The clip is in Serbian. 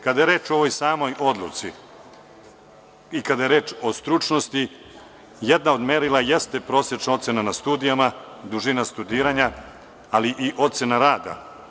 Kada je reč o samoj odluci i kada je reč o stručnosti, jedno od merila jeste prosečna ocena na studijama, dužina studiranja, ali i ocena rada.